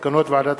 אין נמנעים.